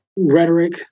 rhetoric